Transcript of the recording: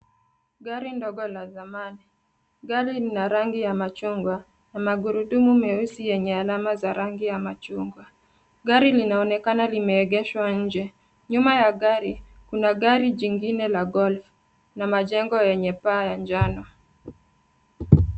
Gari ndogo la zamani, gari lina rangi ya machungwa na magurudumu meusi yenye alama za rangi ya machungwa. Gari linaonekana limeegeshwa nje. Nyuma ya gari, kuna gari jingine la golf na majengo yenye paa ya njano.